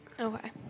Okay